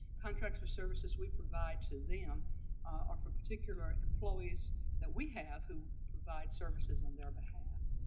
contracts for services we provide to them or for particular employees that we have, who provide services on their behalf.